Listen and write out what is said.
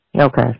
Okay